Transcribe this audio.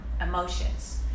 emotions